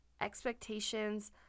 expectations